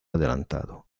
adelantado